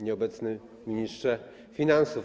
Nieobecny Ministrze Finansów!